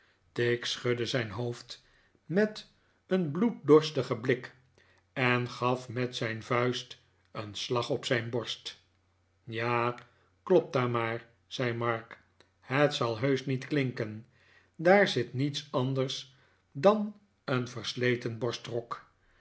tigg schudde zijn hoofd met een bloeddorstigen blik en gaf met zijn vuist een slag op zijn borst ja klop daar maar zei mark het zal heusch niet klinken daar zit niets anders dan een versleten borstrok